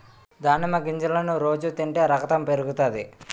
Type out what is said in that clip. దానిమ్మ గింజలను రోజు తింటే రకతం పెరుగుతాది